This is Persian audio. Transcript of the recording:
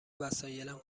وسایلم